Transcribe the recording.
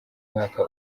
mwaka